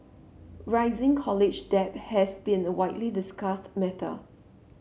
rising college debt has been a widely discussed matter